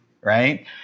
Right